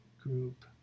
group